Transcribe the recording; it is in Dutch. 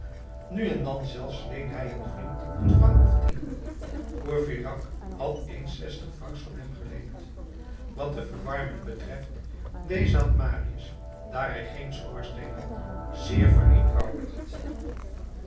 nu en dan zelfs leende hij een vriend een franc of tien courfeyrac had eens zestig francs van hem geleend wat de verwarming betreft deze had marius daar hij geen schoorsteen had zeer vereenvoudigd